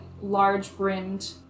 large-brimmed